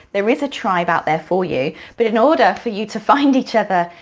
there is a tribe out there for you, but in order for you to find each other,